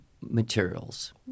materials